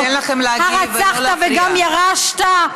הרצחת וגם ירשת?